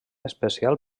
especial